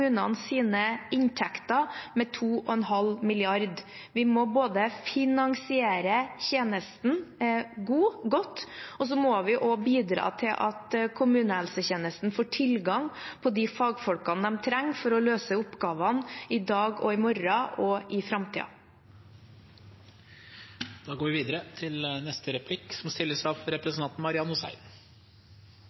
inntekter med 2,5 mrd. kr. Vi må finansiere tjenesten godt, og så må vi også bidra til at kommunehelsetjenesten får tilgang på de fagfolkene de trenger for å løse oppgavene i dag og i morgen og i